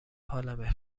حالمه